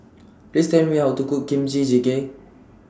Please Tell Me How to Cook Kimchi Jjigae